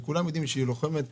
כולם יודעים שהיא לוחמת